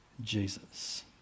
Jesus